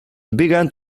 began